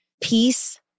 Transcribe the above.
peace